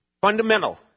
fundamental